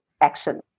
action